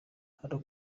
hano